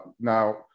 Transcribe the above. now